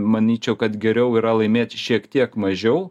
manyčiau kad geriau yra laimėti šiek tiek mažiau